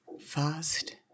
Fast